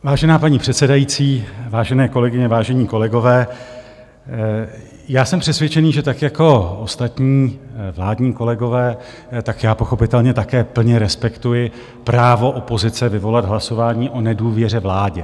Vážená paní předsedající, vážené kolegyně, vážení kolegové, já jsem přesvědčen, že tak jako ostatní vládní kolegové, tak já pochopitelně také plně respektuji právo opozice vyvolat hlasování o nedůvěře vládě.